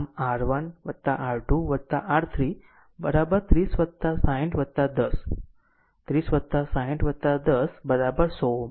આમ R1 R2 R3 30 60 10 30 60 10 100 Ω